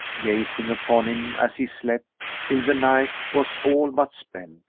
gazing upon him as he slept, till the night was all but spent,